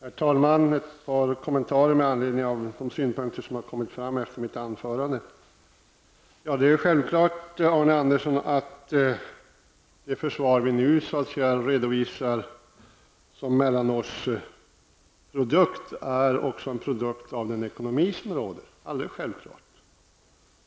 Herr talman! Jag vill göra ett par kommentarer med anledning av de synpunkter som har framförts efter mitt anförande. Det är självklart, Arne Andersson i Ljung, att det försvar vi nu redovisar som mellanårsprodukt också är en produkt av den ekonomi som råder.